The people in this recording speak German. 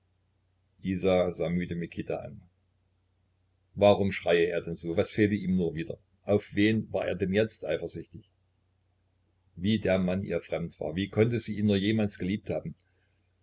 sah müde mikita an warum schreie er denn so was fehlte ihm nur wieder auf wen war er denn jetzt eifersüchtig wie der mann ihr fremd war wie konnte sie ihn nur jemals geliebt haben